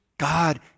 God